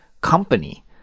company